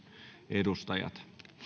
edustajat